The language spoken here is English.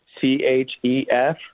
C-H-E-F